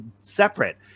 separate